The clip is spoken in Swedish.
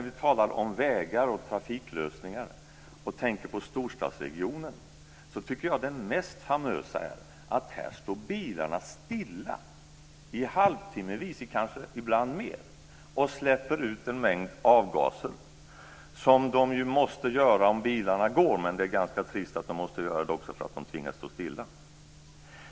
Vi talar om vägar och trafiklösningar och tänker på storstadsregionen. Jag tycker att det mest famösa är att bilarna här står stilla halvtimmesvis och ibland längre och släpper ut en mängd avgaser. Det måste de göra om bilarna går, men det är ganska trist att de måste göra det också för att de tvingas stå stilla.